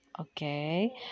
okay